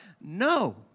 no